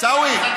עיסאווי,